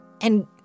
And-